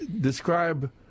describe